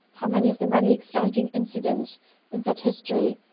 how many of the many exciting incidents in that history,